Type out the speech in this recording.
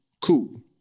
cool